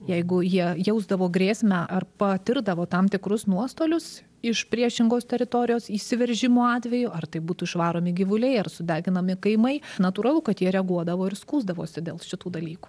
jeigu jie jausdavo grėsmę ar patirdavo tam tikrus nuostolius iš priešingos teritorijos įsiveržimo atveju ar tai būtų išvaromi gyvuliai ar sudeginami kaimai natūralu kad jie reaguodavo ir skųsdavosi dėl šitų dalykų